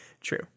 true